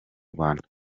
rwanda